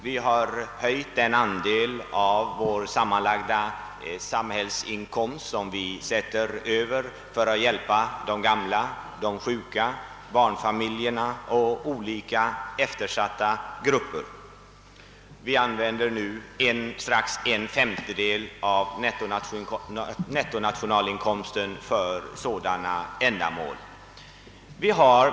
Vi har höjt den andel av vår sammanlagda samhällsinkomst som vi avsätter för att hjälpa de gamla, de sjuka, barnfamiljerna och olika eftersatta grupper. Vi använder snart en femtedel av nettonationalinkomsten för sådana ändamål.